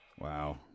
Wow